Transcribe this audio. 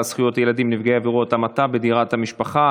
זכויות ילדים נפגעי עבירת המתה בדירת המשפחה,